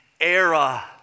era